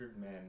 men